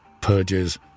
Purges